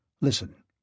Listen